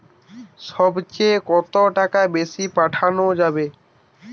সব চেয়ে কত বেশি টাকা পাঠানো যাবে?